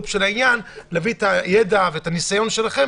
העניין כדי להביא את הידע ואת הניסיון שלכם,